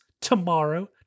Tomorrow